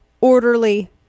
orderly